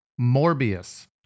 Morbius